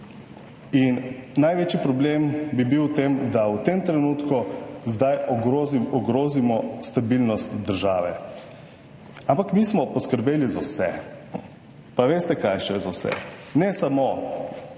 Največji problem bi bil v tem, da v tem trenutku, zdaj, ogrozimo stabilnost države. Ampak mi smo poskrbeli za vse. Pa veste, za kaj še vse - ne samo,